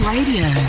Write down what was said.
Radio